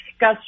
Gus